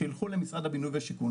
שילכו למשרד הבינוי והשיכון,